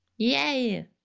Yay